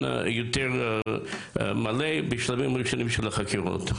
יותר מלא בשלבים ראשונים של החקירות.